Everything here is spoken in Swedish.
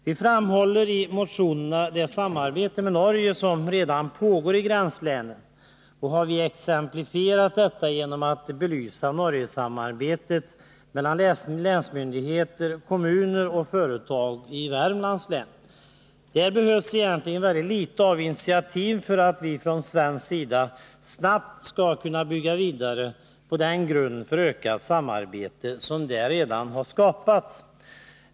Vi framhåller i motionerna det samarbete med Norge som redan pågår i gränslänen, och vi har exemplifierat detta genom att belysa Norgesamarbetet mellan länsmyndigheter, kommuner och företag i Värmlands län. Där behövs egentligen väldigt litet av initiativ för att vi från svensk sida snabbt skall kunna bygga vidare på den grund för ökat samarbete som där redan skapats.